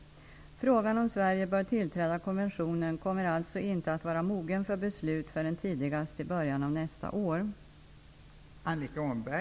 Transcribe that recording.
Frågan om Sverige bör tillträda konventionen kommer alltså inte att vara mogen för beslut förrän tidigast i början av nästa år.